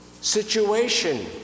situation